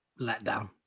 letdown